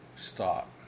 stop